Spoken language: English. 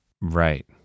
Right